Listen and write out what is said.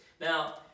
Now